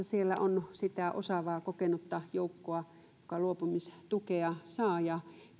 siellä on sitä osaavaa kokenutta joukkoa joka luopumistukea saa ja